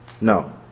No